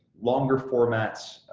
longer formats,